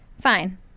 Fine